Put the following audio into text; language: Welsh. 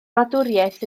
wladwriaeth